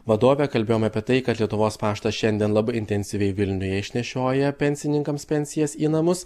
vadove kalbėjom apie tai kad lietuvos paštas šiandien labai intensyviai vilniuje išnešioja pensininkams pensijas į namus